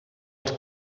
els